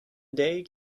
day